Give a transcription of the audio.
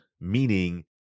Meaning